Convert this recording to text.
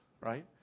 right